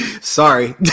Sorry